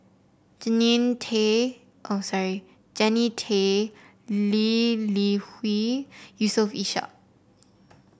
Jannie Tay oh sorry Jannie Tay Lee Li Hui Yusof Ishak